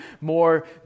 more